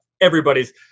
everybody's